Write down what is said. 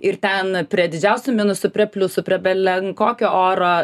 ir ten prie didžiausių minusų prie pliusų prie belenkokio oro